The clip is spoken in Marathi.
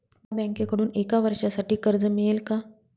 मला बँकेकडून एका वर्षासाठी कर्ज मिळेल का?